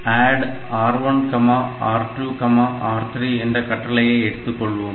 ADD R1R2R3 என்ற கட்டளையை எடுத்துக்கொள்வோம்